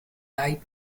light